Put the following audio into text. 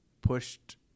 pushed